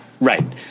right